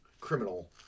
criminal